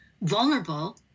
vulnerable